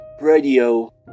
radio